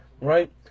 Right